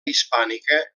hispànica